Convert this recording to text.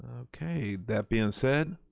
okay, that being said,